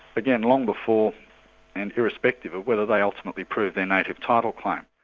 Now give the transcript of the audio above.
again long before and irrespective of whether they ultimately prove their native title claim.